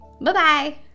Bye-bye